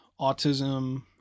autism